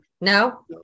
no